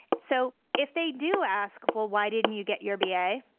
so if they do ask, well, why didn't you get your b a?